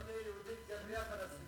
היא לא תהיה יהודית גם בלי הפלסטינים.